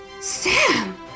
Sam